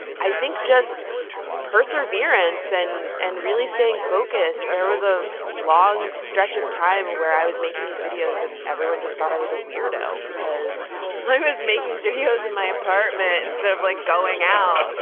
i think just perseverance and and really staying focused. there was a long stretch of time where i was making these videos and everyone just thought i was a weirdo because i was making videos in my apartment instead of like going out,